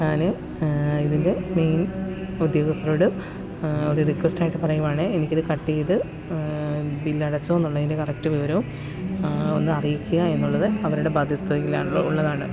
ഞാൻ ഇതിന്റെ മെയിന് ഉദ്യോഗസ്ഥരോട് ഒരു റിക്വെസ്റ്റായിട്ട് പറയുകയാണ് എനിക്കിത് കട്ട് ചെയ്ത് ബില്ലടച്ചോയെന്നുള്ളതിന്റെ കറക്റ്റ് വിവരവും ഒന്നറിയിക്കുക എന്നുള്ളത് അവരുടെ ബാധ്യസ്ഥതയിലാണ് ഉള്ളതാണ്